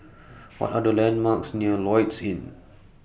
What Are The landmarks near Lloyds Inn